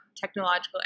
technological